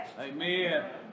Amen